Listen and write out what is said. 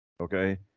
Okay